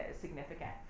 significant